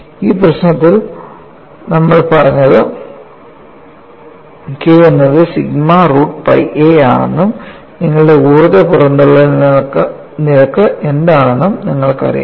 ഈ പ്രശ്നത്തിന് നമ്മൾ പറഞ്ഞത് K എന്നത് സിഗ്മ റൂട്ട് pi a ആണെന്നും നിങ്ങളുടെ ഊർജ്ജ പുറന്തള്ളൽ നിരക്ക് എന്താണെന്നും നിങ്ങൾക്കറിയാം